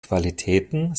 qualitäten